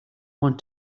want